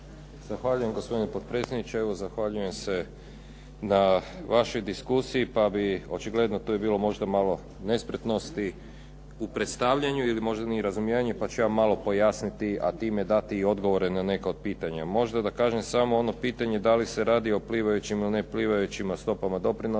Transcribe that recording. Zahvaljujem gospodine potpredsjedniče. Evo zahvaljujem se na vašoj diskusiji, pa bi očigledno tu je bilo možda malo nespretnosti u predstavljanju ili možda nije razumijevanje, pa ću ja malo pojasniti, a time dati i odgovore na neka od pitanja. Možda da kažem samo ono pitanje da li se radi o plivajućim ili neplivajućima stopama doprinosa.